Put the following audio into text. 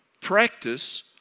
Practice